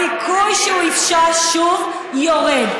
הסיכוי שהוא יפשע שוב יורד.